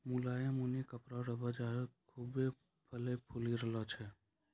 मुलायम ऊनी कपड़ा केरो बाजार खुभ्भे फलय फूली रहलो छै